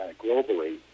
globally